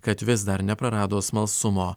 kad vis dar neprarado smalsumo